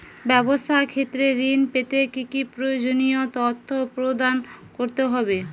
ব্যাবসা ক্ষেত্রে ঋণ পেতে কি কি প্রয়োজনীয় তথ্য প্রদান করতে হবে?